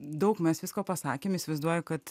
daug mes visko pasakėm įsivaizduoju kad